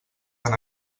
tan